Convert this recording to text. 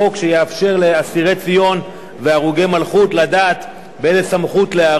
שיאפשר לאסירי ציון והרוגי מלכות לדעת באיזו סמכות לערער.